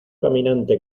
caminante